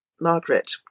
Margaret